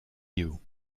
you